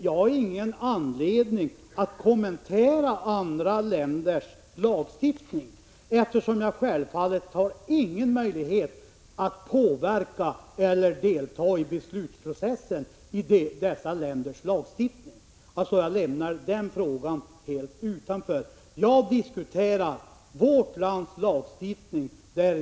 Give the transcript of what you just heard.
Jag har ingen anledning att kommentera andra länders lagstiftning, eftersom jag självfallet inte har någon möjlighet att påverka eller delta i beslutsprocessen därvidlag. — Jag lämnar den frågan helt utanför denna debatt. Jag diskuterar vårt lands lagstiftning.